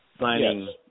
signing